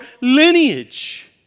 lineage